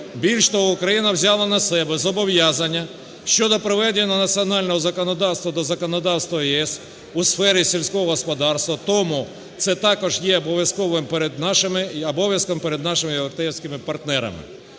Більш того, Україна взяла на себе зобов'язання щодо проведення національного законодавства до законодавства ЄС у сфері сільського господарства, тому це також є обов'язком перед нашими європейськими партнерами.